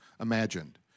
imagined